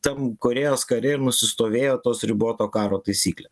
tam korėjos kare ir nusistovėjo tos riboto karo taisyklės